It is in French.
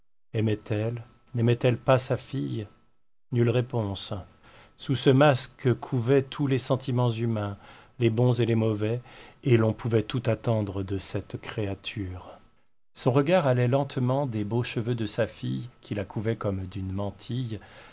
aimait-elle naimait elle pas sa fille nulle réponse sous ce masque couvaient tous les sentiments humains les bons et les mauvais et l'on pouvait tout attendre de cette créature son regard allait lentement des beaux cheveux de sa fille qui la couvraient comme d'une mantille